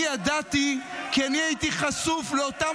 אני ידעתי כי אני הייתי חשוף לאותם